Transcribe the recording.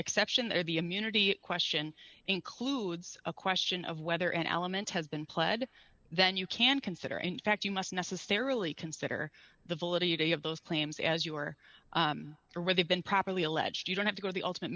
exception of the immunity question includes a question of whether an element has been pled then you can consider in fact you must necessarily consider the validity of those claims as you are or where they've been properly alleged you don't have to go to the ultimate